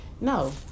no